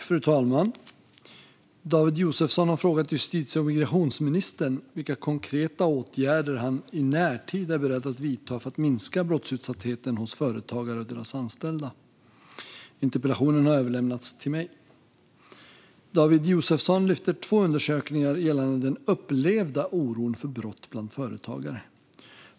Fru talman! David Josefsson har frågat justitie och migrationsministern vilka konkreta åtgärder han i närtid är beredd att vidta för att minska brottsutsattheten hos företagare och deras anställda. Interpellationen har överlämnats till mig. Svar på interpellationer David Josefsson lyfter två undersökningar gällande den upplevda oron för brott bland företagare.